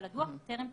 אבל הדוח טרם פורסם.